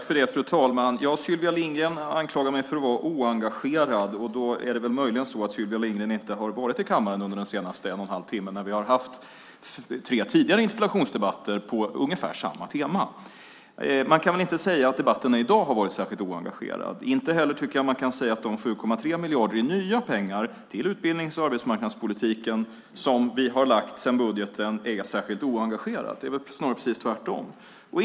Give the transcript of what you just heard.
Fru talman! Sylvia Lindgren anklagar mig för att vara oengagerad. Det är möjligen så att Sylvia Lindgren inte har varit i kammaren under de senaste en och en halv timmarna när vi har haft tre tidigare interpellationsdebatter på ungefär samma tema. Man kan väl inte säga att debatterna i dag har varit särskilt oengagerade. Inte heller tycker jag att man kan säga att de 7,3 miljarder i nya pengar till utbildnings och arbetsmarknadspolitiken som vi har lagt sedan budgeten är särskilt oengagerat. Det är snarare precis tvärtom.